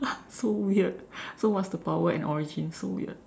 so weird so what's the power and origin so weird